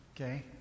Okay